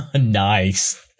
Nice